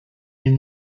est